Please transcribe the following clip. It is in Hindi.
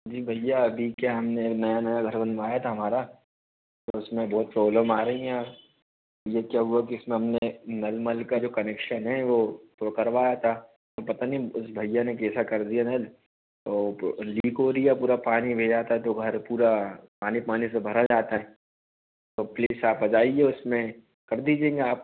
जी भैया अभी क्या हमने नया नया घर बनवाया था हमारा तो उसमें बहुत प्रॉब्लम आ रही है ये क्या हुआ कि इसमें हमने नलमल का जो कनेक्शन है वह वह करवाया था पता नहीं उस भैया ने कैसा कर दिया नल वो लीक हो रही है पूरा पानी बह जाता तो घर पूरा पानी पानी से भरा जाता है तो प्लीज़ आप जाइए उसमें कर दीजिएगा आप